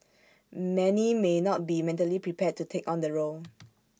many may not be mentally prepared to take on the role